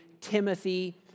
Timothy